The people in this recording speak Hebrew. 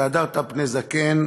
והדרת פני זקן,